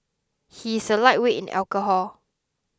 he is a lightweight in alcohol